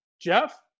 Jeff